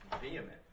vehement